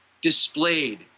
displayed